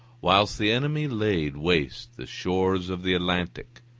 whilst the enemy laid waste the shores of the atlantic,